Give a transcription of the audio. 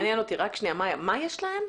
מה יש להם?